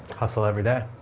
hustle, every day.